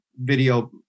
video